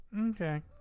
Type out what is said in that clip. okay